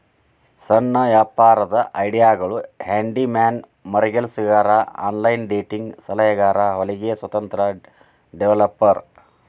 ಸಣ್ಣ ವ್ಯಾಪಾರದ್ ಐಡಿಯಾಗಳು ಹ್ಯಾಂಡಿ ಮ್ಯಾನ್ ಮರಗೆಲಸಗಾರ ಆನ್ಲೈನ್ ಡೇಟಿಂಗ್ ಸಲಹೆಗಾರ ಹೊಲಿಗೆ ಸ್ವತಂತ್ರ ಡೆವೆಲಪರ್